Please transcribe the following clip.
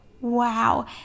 wow